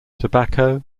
tobacco